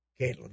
Caitlin